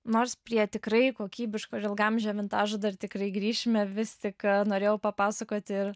nors prie tikrai kokybiško ir ilgaamžio vintažo dar tikrai grįšime vis tik norėjau papasakoti ir